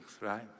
Right